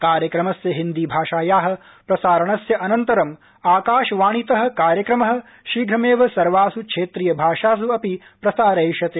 कार्यक्रमस्य हिन्दी भाषाया प्रसारणानन्तरं आकाशवाणीत कार्यक्रम शीप्रमेव सर्वासु क्षेत्रीय भाषासु अपि प्रसारयिष्यते